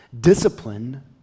Discipline